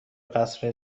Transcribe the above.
قصر